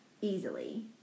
easily